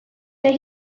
that